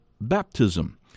baptism